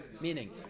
Meaning